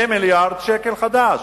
2 מיליארדי שקלים חדשים.